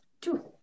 two